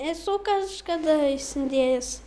esu kažkada įsidėjęs